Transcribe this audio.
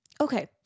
Okay